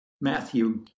Matthew